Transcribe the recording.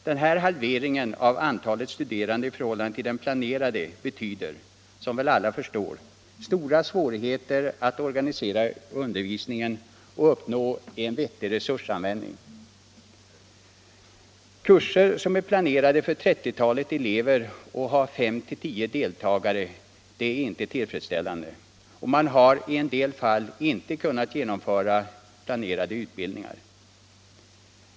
Den här halveringen av antalet studerande i förhållande till det planerade betyder, som väl alla förstår, stora svårigheter att organisera undervisningen och uppnå en vettig resursanvändning. Det är inte tillfredsställande när kurser som är planerade för 30-talet elever har 5-10 deltagare, och man har i en del fall inte kunnat genomföra planerade utbildningar.